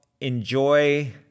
enjoy